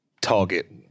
target